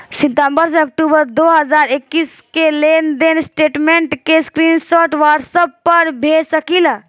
सितंबर से अक्टूबर दो हज़ार इक्कीस के लेनदेन स्टेटमेंट के स्क्रीनशाट व्हाट्सएप पर भेज सकीला?